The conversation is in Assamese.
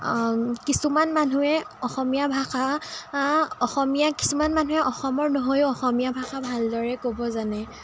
কিছুমান মানুহে অসমীয়া ভাষা আঁ অসমীয়া কিছুমান মানুহে অসমৰ নহৈয়ো অসমীয়া ভাষা ভালদৰে ক'ব জানে